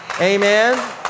Amen